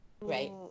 Right